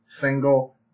single